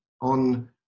on